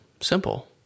simple